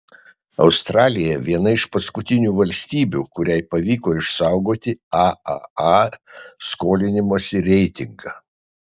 australija viena iš paskutinių valstybių kuriai pavyko išsaugoti aaa skolinimosi reitingą